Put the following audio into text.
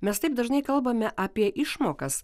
mes taip dažnai kalbame apie išmokas